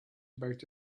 about